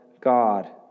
God